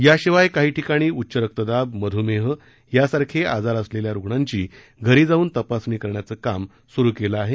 याशिवाय काही ठिकाणी उच्च रक्तदाब मधुमेह यासारखे आजार असलेल्या रुग्णांची घरी जाऊन तपासणी करण्याचे काम सुरू करण्यात आलं आहे